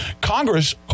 congress